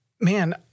man